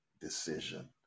decision